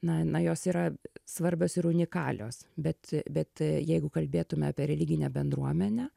na na jos yra svarbios ir unikalios bet bet jeigu kalbėtume apie religinę bendruomenę